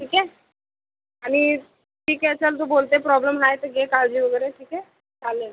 ठीक आहे आणि ठीक आहे चल तू बोलते अआहे प्रॉब्लेम आहे तर घे काळजी वगैरे ठीक आहे चालेल